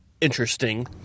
interesting